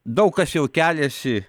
daug kas jau keliasi